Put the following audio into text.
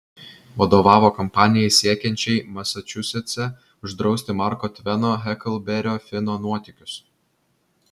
vadovavo kampanijai siekiančiai masačusetse uždrausti marko tveno heklberio fino nuotykius